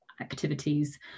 activities